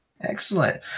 Excellent